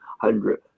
hundred